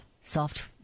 soft